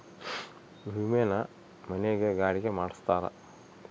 ವಿಮೆನ ಮನೆ ಗೆ ಗಾಡಿ ಗೆ ಮಾಡ್ಸ್ತಾರ